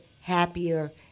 happier